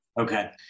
Okay